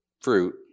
fruit